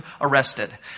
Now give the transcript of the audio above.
arrested